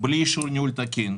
בלי שום ניהול תקין,